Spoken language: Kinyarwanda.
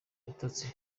ibitotsi